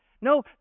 No